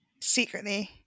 Secretly